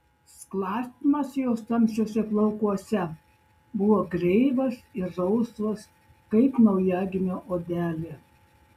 sklastymas jos tamsiuose plaukuose buvo kreivas ir rausvas kaip naujagimio odelė